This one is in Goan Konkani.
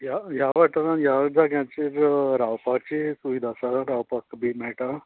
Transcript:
ह्या ह्या वाठारान ह्या जाग्यांचेर रावपाचे सूविधा आसा रावपाक बी मेळटा